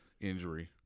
injury